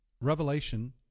Revelation